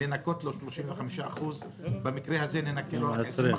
לנכות לו 35% במקרה הזה ננכה לו רק 20%?